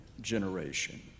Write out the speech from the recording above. generation